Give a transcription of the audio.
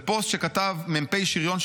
זה פוסט שכתב מ"פ שריון,